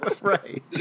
right